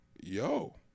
yo